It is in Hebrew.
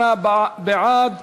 48 בעד,